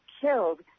killed